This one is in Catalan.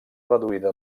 reduïda